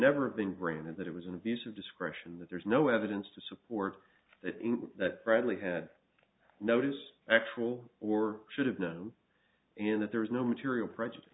never have been granted that it was an abuse of discretion that there's no evidence to support that that bradley had notice actual or should have known and that there was no material prejudice